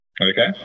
Okay